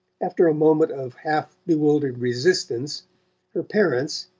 after a moment of half-bewildered resistance her parents,